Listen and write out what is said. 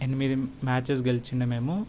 ఎనిమిది మ్యాచెస్ గెలిచిన మేము